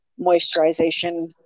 moisturization